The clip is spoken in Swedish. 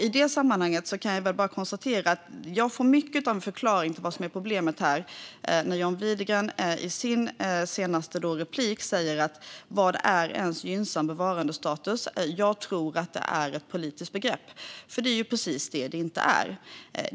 I det sammanhanget kan jag bara konstatera att jag får mycket av en förklaring till vad som är problemet när John Widegren i sitt senaste inlägg frågar vad gynnsam bevarandestatus är och säger att han tror att det är ett politiskt begrepp. Det är precis det som det inte är.